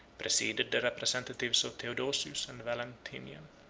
preceded the representatives of theodosius and valentinian.